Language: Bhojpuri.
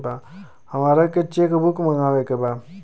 हमारा के चेक बुक मगावे के बा?